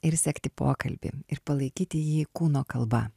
ir sekti pokalbį ir palaikyti jį kūno kalba